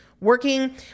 working